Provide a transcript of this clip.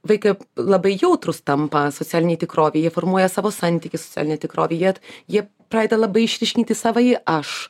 vaikai labai jautrūs tampa socialinėj tikrovėj jie formuoja savo santykius ar ne tikrovėj jie jie pradeda labai išryškinti savąjį aš